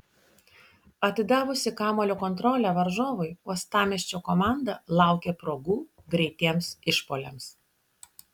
atidavusi kamuolio kontrolę varžovui uostamiesčio komanda laukė progų greitiems išpuoliams